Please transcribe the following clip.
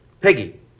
Peggy